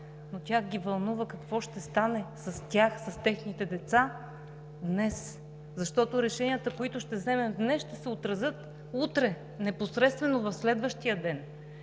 но тях ги вълнува какво ще стане с тях, с техните деца днес. Защото решенията, които ще вземем днес, ще се отразят утре, непосредствено в следващия ден